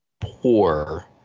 poor